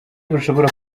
bashobora